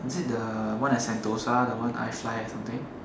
is it the one at Sentosa the one I fly or something